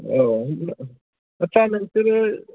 औ आथसा नोंसोरो